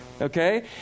okay